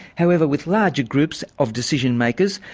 however, with larger groups of decision makers,